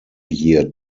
year